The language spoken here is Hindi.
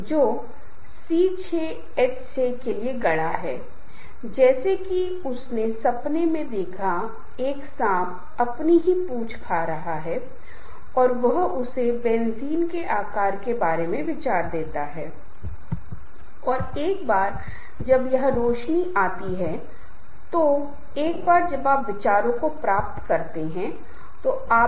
अगर मैं कुछ समस्या अपनी कुछ व्यक्तिगत समस्या अपने कुछ रहस्य कुछ अपने भीतर की भावनाओं को प्रकट कर रहा हूँ तो यह उम्मीद की जाती है कि दूसरा पक्ष भी यही काम करेगा और अगर ऐसा नहीं किया गया तो शायद ऐसा नहीं हो रहा है शायद यह उचित तरीके से नहीं हो रहा है तो यह आत्म प्रकटीकरण नहीं है